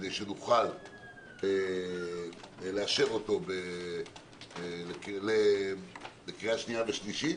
שנוכל לאשר אותו בקריאה שנייה ושלישית.